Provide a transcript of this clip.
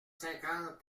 cinquante